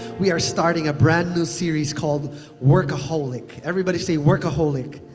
we are starting a brand-new series called workaholyc. everybody say, workaholyc.